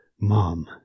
Mom